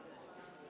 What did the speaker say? טעה,